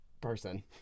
person